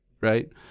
right